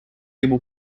ему